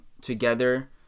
together